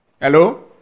Hello